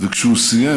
וכשהוא סיים